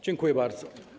Dziękuję bardzo.